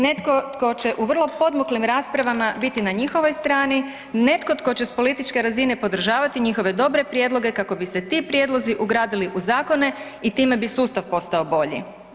Netko tko će u vrlo podmuklim raspravama biti na njihovoj strani, netko tko će s političke razine podržavati njihove dobre prijedloge kako bi se ti prijedlozi ugradili u zakone i time bi sustav postao bolji.